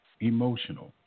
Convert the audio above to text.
emotional